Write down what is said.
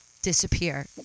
disappear